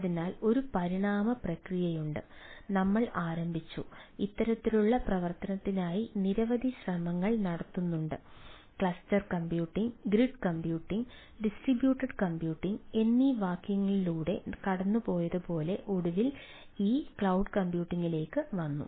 അതിനാൽ ഒരു പരിണാമ പ്രക്രിയയുണ്ട് ഞങ്ങൾ ആരംഭിച്ചു ഇത്തരത്തിലുള്ള പ്രവർത്തനത്തിനായി നിരവധി ശ്രമങ്ങൾ നടക്കുന്നുണ്ട് cluster computing grid computing distributed computing എന്നീ വാക്യങ്ങളിലൂടെ കടന്നുപോയതുപോലെ ഒടുവിൽ ഈ ക്ലൌഡ് കമ്പ്യൂട്ടിംഗിലേക്ക് വന്നു